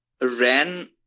ran